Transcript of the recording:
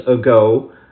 ago